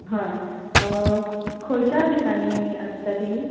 हय खंयच्या दिसांनी आसता ती